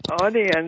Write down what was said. audience